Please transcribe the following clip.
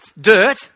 dirt